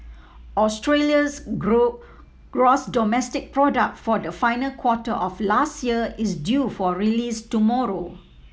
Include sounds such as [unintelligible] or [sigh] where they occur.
Australia's [unintelligible] gross domestic product for the final quarter of last year is due for release tomorrow